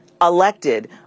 elected